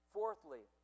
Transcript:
Fourthly